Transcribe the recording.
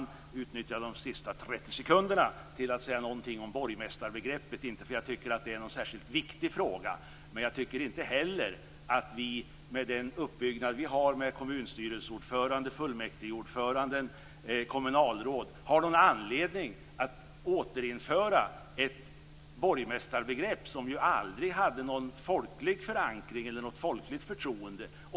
Låt mig utnyttja de sista 30 sekunderna till att säga någonting om borgmästarbegreppet. Jag tycker inte att det är någon särskilt viktig fråga. Men jag tycker inte heller att vi, med den uppbyggnad vi har med kommunstyrelseordförande, fullmäktigeordförande och kommunalråd, har någon anledning att återinföra ett borgmästarbegrepp som aldrig hade någon folklig förankring eller något folkligt förtroende.